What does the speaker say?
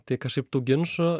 tai kažkaip tų ginčų